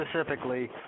specifically